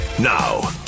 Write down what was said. Now